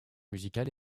musicale